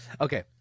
Okay